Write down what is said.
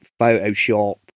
Photoshop